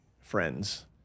friends